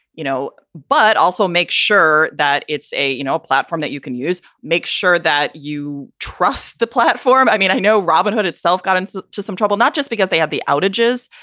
you know? but also make sure that it's a, you know, platform that you can use. make sure that you trust the platform. i mean, i know robinhood itself got into some trouble, not just because they had the outages,